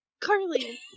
carly